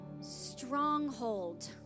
stronghold